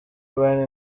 wine